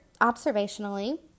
observationally